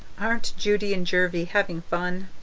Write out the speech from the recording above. aren't judy and jervie having fun?